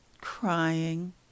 crying